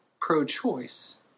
pro-choice